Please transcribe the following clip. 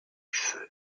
feu